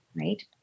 right